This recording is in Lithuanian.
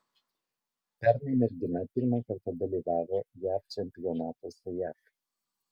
pernai mergina pirmą kartą dalyvavo jav čempionatuose jav